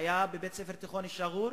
היתה בבית-ספר תיכון "אל-שאג'ור"